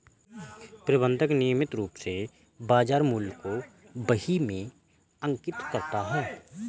प्रबंधक नियमित रूप से बाज़ार मूल्य को बही में अंकित करता है